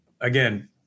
Again